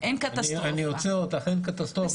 קטסטרופה, אני עוצר אותך, אין קטסטרופה.